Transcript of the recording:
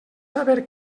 saber